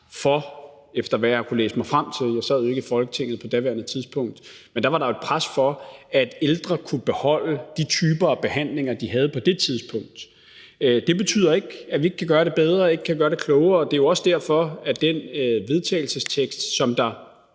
for, efter hvad jeg har kunnet læse mig frem til, for jeg sad jo ikke i Folketinget på daværende tidspunkt, at ældre kunne beholde de typer af behandlinger, de havde på det tidspunkt. Det betyder ikke, at vi ikke kan gøre det bedre, ikke kan gøre det klogere, og det er jo også derfor, at den vedtagelsestekst, som